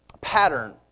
pattern